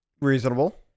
Reasonable